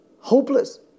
hopeless